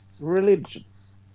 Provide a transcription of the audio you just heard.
religions